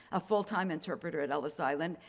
a full time interpreter at ellis island.